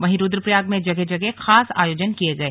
वहीं रुद्रप्रयाग में जगह जगह खास आयोजन किये गए